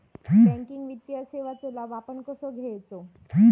Banking वित्तीय सेवाचो लाभ आपण कसो घेयाचो?